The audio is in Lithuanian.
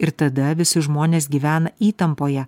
ir tada visi žmonės gyvena įtampoje